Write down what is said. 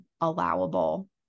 allowable